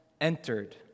entered